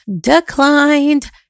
Declined